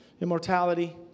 immortality